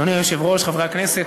אדוני היושב-ראש, חברי הכנסת,